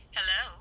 Hello